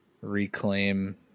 reclaim